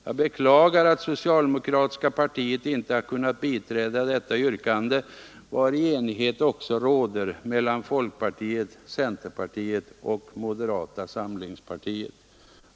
Jag beklagar att socialdemokratiska partiet ej kunnat biträda detta yrkande, vari enighet också råder mellan folkpartiet, centerpartiet och moderata samlingspartiet.